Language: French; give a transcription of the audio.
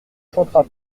chantera